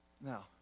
Now